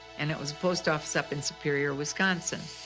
and it was post office up in superior, wisconsin.